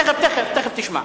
תיכף, תיכף תשמע.